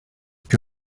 que